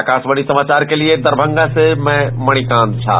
आकाशवाणी समाचार के लिये दरभंगा से मणिकांत झा